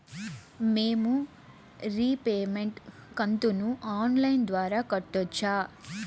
మేము రీపేమెంట్ కంతును online ద్వారా కట్టొచ్చా